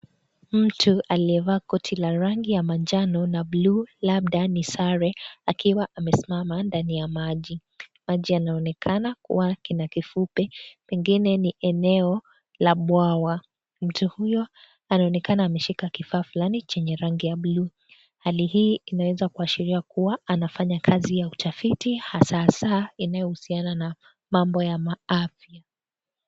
Mtu aliyevaa koti la rangi ya manjano na bluu labda ni sare akiwa amesimama ndani ya maji. Maji yanaonekana kuwa kina kifupi pengine ni eneo la bwawa. Mtu huyo anaonekana ameshika kifaa fulani chenye rangi ya bluu. Hali hii inaweza kuashiria kuwa anafanya kazi ya utafiti hasa hasa inayohusiana na mambo ya maafya.